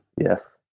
Yes